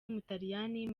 w’umutaliyani